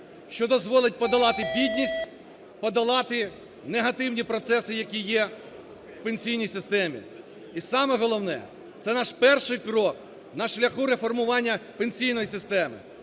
що дозволить подолати бідність, подолати негативні процеси, які є в пенсійній системі. І саме головне, це наш перший крок на шляху реформування пенсійної системи.